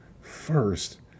first